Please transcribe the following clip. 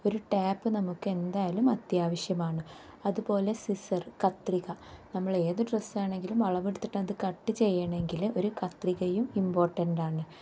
ഒരു ടാപ്പ് നമുക്ക് എന്തായാലും അത്യാവശ്യമാണ് അതുപോലെ സിസർ കത്രിക നമ്മൾ ഏത് ഡ്രസ്സാണെങ്കിലും അളവെടുത്തിട്ടത് കട്ട് ചെയ്യണമെങ്കിൽ ഒരു കത്രികയും ഇമ്പോർട്ടൻറ്റാണ്